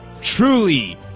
Truly